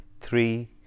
three